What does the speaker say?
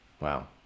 Wow